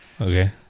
Okay